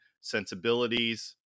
sensibilities